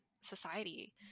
society